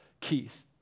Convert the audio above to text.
Keith